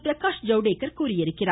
பிரகாஷ் ஜவ்டேகர் தெரிவித்திருக்கிறார்